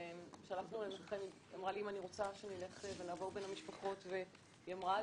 כשעברנו לנחם בין המשפחות היא אמרה לי,